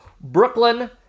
Brooklyn